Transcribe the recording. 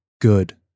good